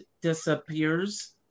disappears